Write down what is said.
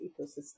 ecosystem